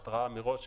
לגבי התרעה מראש,